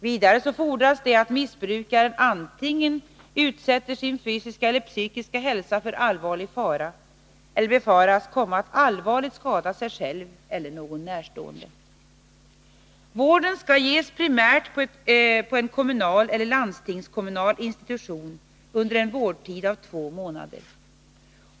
Vidare fordras det att missbrukaren antingen utsätter sin fysiska eller psykiska hälsa för allvarlig fara eller befaras komma att allvarligt skada sig själv eller någon närstående. Vården skall primärt ges på en kommunal eller landstingskommunal institution under en vårdtid av två månader.